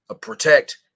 protect